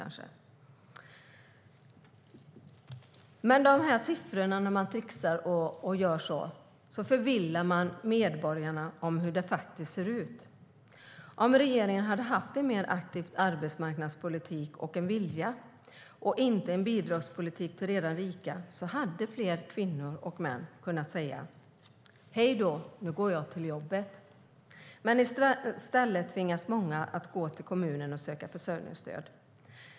När man tricksar med siffrorna förvillar man medborgarna om hur det faktiskt ser ut. Om regeringen hade haft en mer aktiv arbetsmarknadspolitik och en vilja, inte en bidragspolitik för redan rika, hade fler kvinnor och män kunnat säga: Hej då, nu går jag till jobbet. I stället tvingas många gå till kommunen och söka försörjningsstöd.